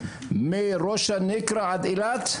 ילדים, מראש הנקרה ועד אילת?